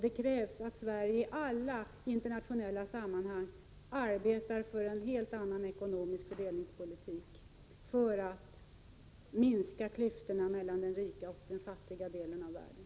Det krävs att Sverige i alla internationella sammanhang arbetar för en helt annan ekonomisk fördelningspolitik för att minska klyftorna mellan den rika och den fattiga delen av världen.